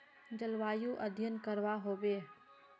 जलवायु अध्यन करवा होबे बे?